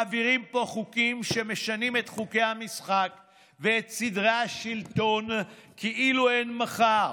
מעבירים פה חוקים שמשנים את חוקי המשחק ואת סדרי השלטון כאילו אין מחר.